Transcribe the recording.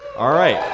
all right.